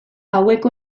hauek